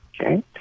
okay